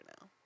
now